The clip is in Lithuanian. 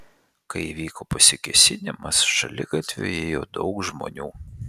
kai įvyko pasikėsinimas šaligatviu ėjo daug žmonių